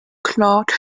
claude